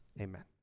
Amen